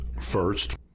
First